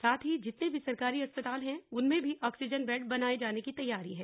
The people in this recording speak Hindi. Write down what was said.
साथ ही जितने भी सरकारी अस्पताल हैं उनमें भी ऑक्सीजन बेड बनाए जाने की तैयारी है